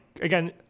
again